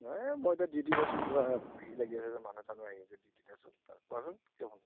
এই মই এতিয়া ডিউটিত আছোঁ পূৰা ভিৰ লাগি আছে মানুহ চানুহ আহি আছে ডিউটিত আছোঁ কোৱাচোন কিয় ফোন